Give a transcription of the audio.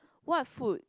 what food